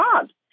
jobs